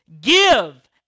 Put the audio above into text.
give